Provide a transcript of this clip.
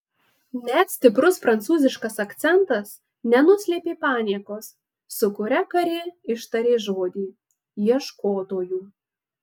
net stiprus prancūziškas akcentas nenuslėpė paniekos su kuria karė ištarė žodį ieškotojų